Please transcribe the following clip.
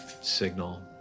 signal